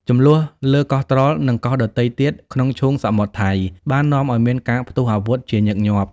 ជម្លោះលើកោះត្រល់ និងកោះដទៃទៀតក្នុងឈូងសមុទ្រថៃ បាននាំឱ្យមានការផ្ទុះអាវុធជាញឹកញាប់។